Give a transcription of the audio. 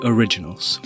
Originals